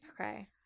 Okay